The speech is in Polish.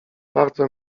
bardzo